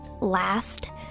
last